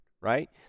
right